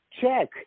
check